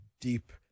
deep